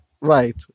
right